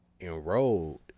enrolled